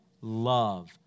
love